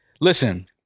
Listen